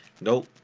nope